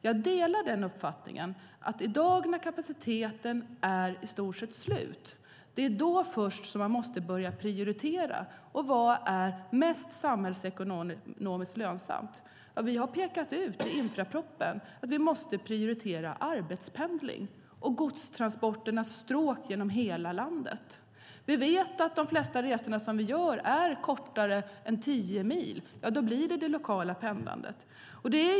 Jag delar uppfattningen att det är först i dag, när kapaciteten är i stort sett slut, som man måste börja prioritera. Vad är mest samhällsekonomiskt lönsamt? Vi har pekat ut i infrastrukturpropositionen att vi måste prioritera arbetspendling och godstransporternas stråk genom hela landet. Vi vet att de flesta resor som vi gör är kortare än tio mil, och då handlar det om det lokala pendlandet.